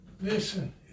Listen